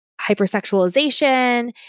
hypersexualization